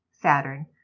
Saturn